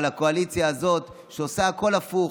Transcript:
הקואליציה הזאת עושה הכול הפוך.